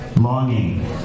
longing